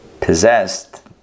Possessed